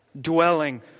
Dwelling